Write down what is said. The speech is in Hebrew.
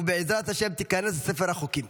ובעזרת השם תיכנס לספר החוקים.